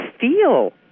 feel